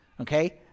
okay